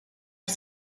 het